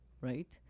right